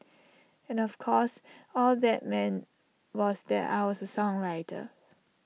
and of course all that meant was that I was A songwriter